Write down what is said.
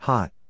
Hot